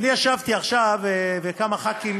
כמה ח"כים